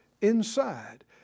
inside